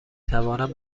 توانم